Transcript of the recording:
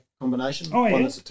combination